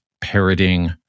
parroting